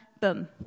Boom